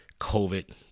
COVID